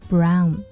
Brown